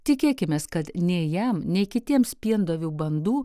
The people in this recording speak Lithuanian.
tikėkimės kad nei jam nei kitiems piendavių bandų